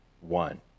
one